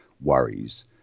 worries